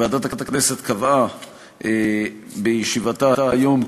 ועדת הכנסת קבעה בישיבתה היום,